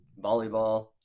volleyball